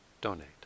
donate